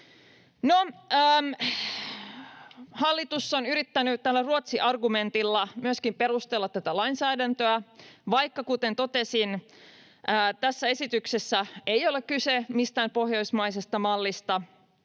Hallitus on yrittänyt Ruotsi-argumentilla myöskin perustella tätä lainsäädäntöä, vaikka, kuten totesin, tässä esityksessä ei ole kyse mistään pohjoismaisesta mallista.